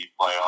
playoffs